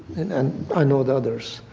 and i know the others.